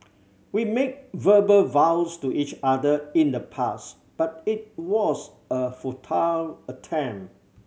we made verbal vows to each other in the past but it was a futile attempt